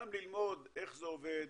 גם ללמוד איך זה עובד,